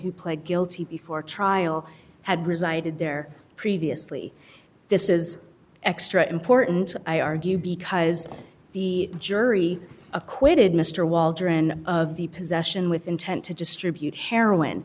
who pled guilty before trial had resided there previously this is extra important i argue because the jury acquitted mr waldron of the possession with intent to distribute heroin